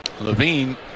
Levine